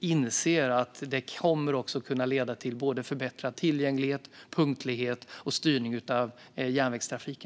inse att det kommer att kunna leda till både förbättrad tillgänglighet, punktlighet och styrning av järnvägstrafiken.